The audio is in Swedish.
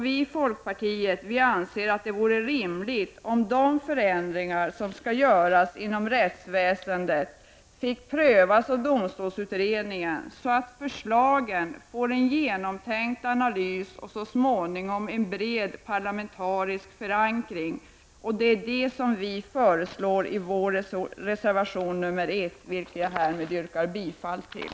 Vi i folkpartiet anser att det vore rimligt om de förändringar som skall göras inom rättsväsendet fick prövas av domstolsutredningen, så att förslagen får en genomtänkt analys och så småningom en bred parlamentarisk förankring. Det är detta vi föreslår i vår reservation nr 1, vilken jag härmed yrkar bifall till.